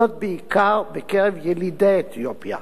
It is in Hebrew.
בעיקר בקרב ילידי אתיופיה.